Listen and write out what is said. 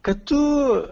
kad tu